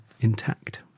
intact